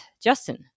Justin